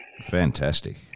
Fantastic